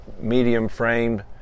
medium-framed